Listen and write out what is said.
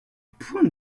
point